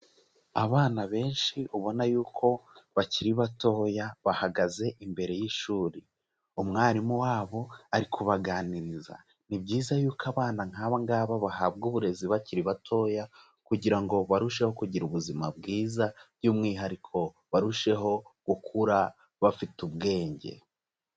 Abana benshi ubona yuko bakiri batoya bahagaze imbere y'ishuri. Umwarimu wabo ari kubaganiriza. Ni byiza yuko abana nk'abangaba bahabwa uburezi bakiri batoya kugira ngo barusheho kugira ubuzima bwiza by'umwihariko barusheho gukura bafite ubwenge.